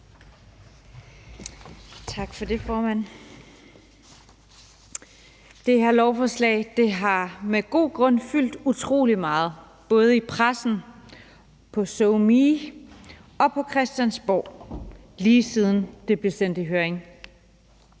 Tak for det, formand. Det her lovforslag har med god grund fyldt utrolig meget, både i pressen, på SoMe og på Christiansborg, lige siden det blev sendt i høring.